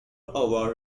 our